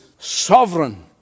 sovereign